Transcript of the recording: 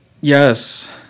yes